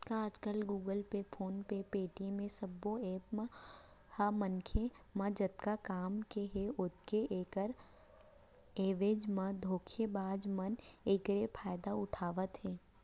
जतका आजकल Google Pay, PhonePe, Paytm ए सबो ऐप्स ह मनसे म जतका काम के हे ओतके ऐखर एवज म धोखेबाज मन एखरे फायदा उठावत हे